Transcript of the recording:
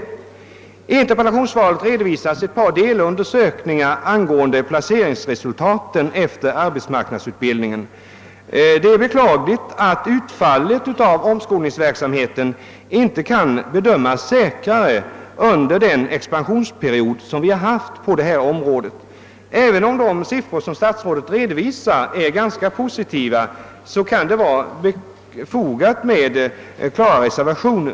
I interpellationssvaret redovisas ett par delundersökningar angående placeringsresultaten efter arbetsmarknadsutbildningen. Det är beklagligt att utfallet av omskolningsverksamheten under den expansionsperiod som vi har haft på detta område inte kan bedömas säkrare. Även om de siffror som statsrådet redovisar är ganska positiva kan det vara befogat med reservationer.